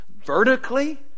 vertically